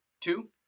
two